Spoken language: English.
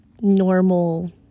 normal